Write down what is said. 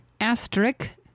asterisk